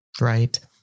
Right